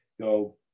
Go